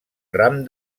ram